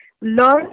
Learn